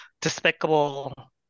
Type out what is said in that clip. despicable